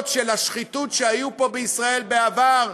של השחיתות שהיו פה בישראל בעבר,